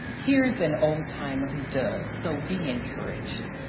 here's an old-timer who does. so be encouraged.